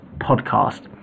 podcast